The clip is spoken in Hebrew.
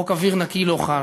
חוק אוויר נקי לא חל,